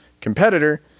competitor